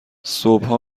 صبحا